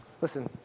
Listen